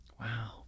Wow